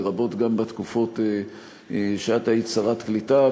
גם בתקופות שאת היית שרת העלייה והקליטה,